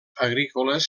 agrícoles